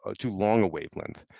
ah too long a wavelength.